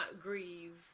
grieve